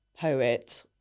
poet